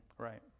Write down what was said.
Right